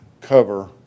cover